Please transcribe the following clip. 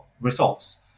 results